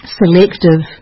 selective